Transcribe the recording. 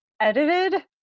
edited